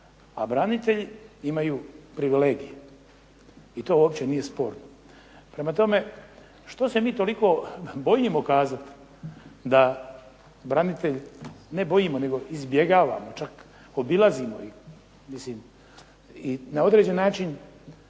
a branitelji imaju privilegije i to uopće nije sporno. Prema tome, što se mi toliko bojimo kazati da branitelj, ne bojimo nego izbjegavamo čak, obilazimo ih, i na određeni način